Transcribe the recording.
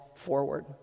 forward